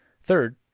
Third